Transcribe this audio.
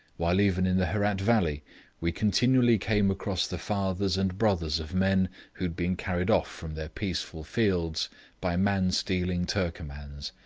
while even in the herat valley we continually came across the fathers and brothers of men who had been carried off from their peaceful fields by man-stealing turcomans,